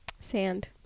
Sand